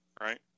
Right